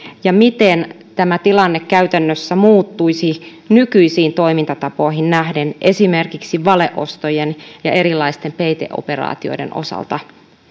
ja miten tämä tilanne käytännössä muuttuisi nykyisiin toimintatapoihin nähden esimerkiksi valeostojen ja erilaisten peiteoperaatioiden osalta